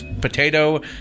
potato